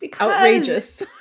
outrageous